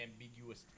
ambiguous